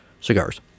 cigars